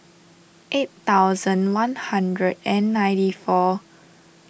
eight thousand one hundred and ninety four